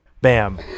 bam